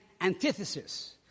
antithesis